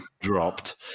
dropped